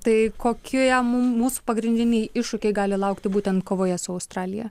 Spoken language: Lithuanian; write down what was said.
tai kokie mu mūsų pagrindiniai iššūkiai gali laukti būtent kovoje su australija